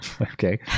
Okay